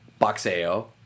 boxeo